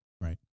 Right